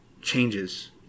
changes